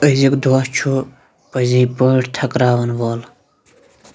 أزیُک دۄہ چھُ پٔزی پٲٹھۍ تھَکراوَن وول